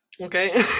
Okay